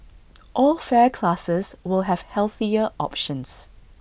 all fare classes will have healthier options